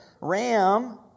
Ram